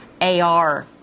AR